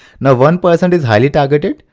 now one percent is highly targeted,